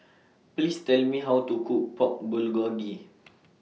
Please Tell Me How to Cook Pork Bulgogi